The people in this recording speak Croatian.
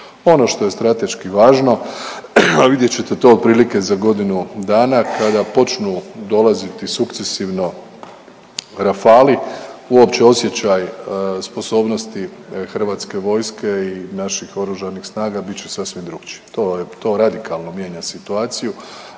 Ono što je strateški važno, al vidjet ćete to otprilike za godinu dana kada počnu dolaziti sukcesivno Rafali, uopće osjećaj sposobnosti hrvatske vojske i naših oružanih snaga bit će sasvim drukčiji. To, to radikalno mijenja situaciju,